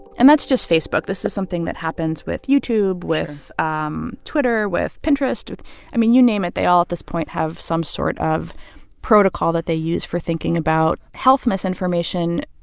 and that's just facebook. this is something that happens with youtube. sure. with um twitter, with pinterest, with i mean, you name it. they all, at this point, have some sort of protocol that they use for thinking about health misinformation,